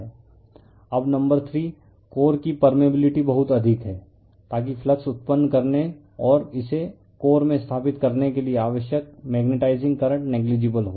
refer slide time 0540 अब number 3 core की permeability बहुत अधिक है ताकि फ्लक्स उत्पन्न करने और इसे कोर में स्थापित करने के लिए आवश्यक मेग्नेटाइजिंग करंट नेग्लिजिबल हो